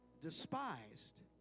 despised